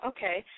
Okay